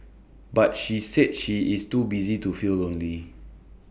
but she said she is too busy to feel lonely